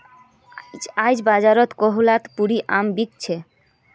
आईज बाजारत कोहलापुरी आम बिक छ